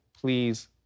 please